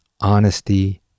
honesty